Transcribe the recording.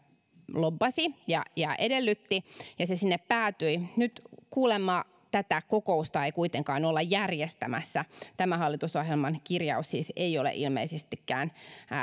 lobbasivat ja ja edellyttivät ja se sinne päätyi nyt kuulemma tätä kokousta ei kuitenkaan olla järjestämässä tämä hallitusohjelman kirjaus siis ei ole ilmeisestikään